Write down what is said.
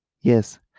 Yes